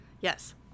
yes